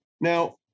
Now